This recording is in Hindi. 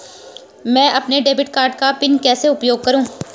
मैं अपने डेबिट कार्ड का पिन कैसे उपयोग करूँ?